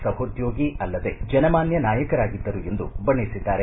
ಸಹೋದ್ಯೋಗಿ ಅಲ್ಲದೇ ಜನಮಾನ್ಯ ನಾಯಕರಾಗಿದ್ದರು ಎಂದು ಬಣ್ಣಿಸಿದ್ದಾರೆ